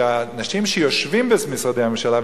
שהאנשים שיושבים במשרדי הממשלה,